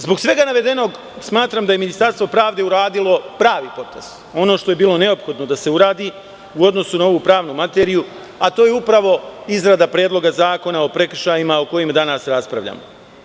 Zbog svega navedenog smatram da je Ministarstvo pravde uradilo pravi potez, ono što je bilo neophodno da se uradi u odnosu na ovu pravnu materiju, a to je upravo izrada Predloga zakona o prekršajima o kojem danas raspravljamo.